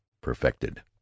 perfected